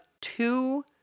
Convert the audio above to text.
two